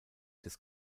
des